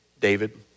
David